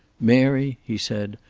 mary, he said,